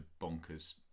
bonkers